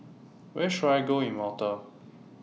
Where should I Go in Malta